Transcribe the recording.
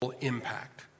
impact